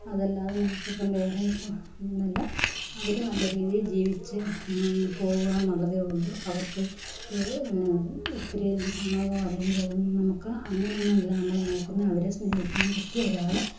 അതല്ലാതെ നമുക്കിപ്പം വേറെ ഒന്നുമില്ല അവർ നല്ല രീതിയിൽ ജീവിച്ചു പോകുകയെന്നുള്ളതെ ഉള്ളു അവർക്ക് ഒത്തിരി പണമോ അല്ലെങ്കിൽ അതും നമുക്ക് അങ്ങനെയൊന്നുമല്ല നമ്മൾ നോക്കുന്നത് അവരെ സ്നേഹിക്കാൻ പറ്റിയ ഒരാളെ